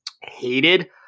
hated